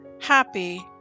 Happy